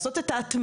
לעשות את ההטמעה.